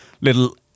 little